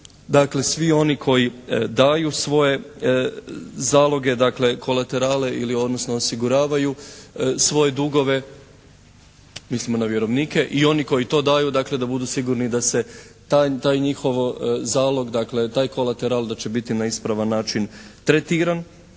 Dakle, svi oni koji daju svoje zaloge, dakle kolaterale ili odnosno osiguravaju svoje dugove, mislimo na vjerovnike i oni koji to daju dakle da budu sigurni da se taj njihov zalog, dakle taj kolateral da će biti na ispravan način tretiran